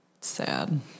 sad